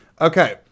okay